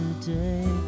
today